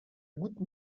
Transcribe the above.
goutte